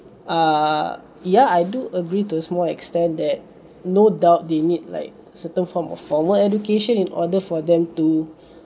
err ya I do agree to a small extent that no doubt they need like certain form of formal education in order for them to